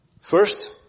First